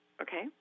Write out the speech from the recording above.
okay